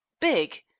Big